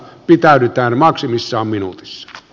pitäydytään maksimissaan minuutissa